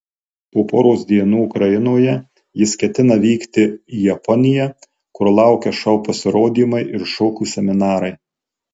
po poros dienų ukrainoje jis ketina vykti į japoniją kur laukia šou pasirodymai ir šokių seminarai